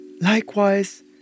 likewise